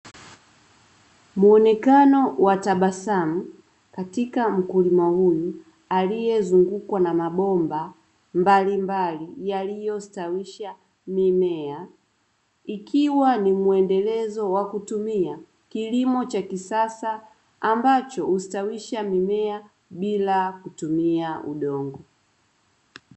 Muonekano wa tabasamu katika mkulima huyu aliyezungukwa na mabomba mbalimbali yaliyostawisha mimea, ikiwa ni muendelezo wa kutumia kilimo cha kisasa ambacho hustawisha mimea bila kutumia udongo.